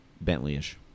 Bentley-ish